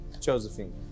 Josephine